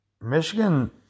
Michigan